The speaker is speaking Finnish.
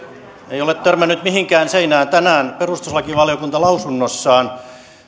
ei ole törmännyt mihinkään seinään tänään perustuslakivaliokunta lausunnossaan